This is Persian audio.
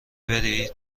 بری